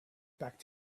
back